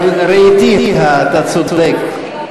אבל ראיתיה, אתה צודק.